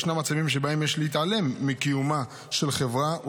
ישנם מצבים שבהם יש להתעלם מקיומה של חברה,